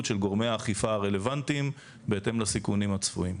של גורמי האכיפה הרלוונטיים בהתאם לסיכונים הצפויים.